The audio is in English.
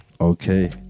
Okay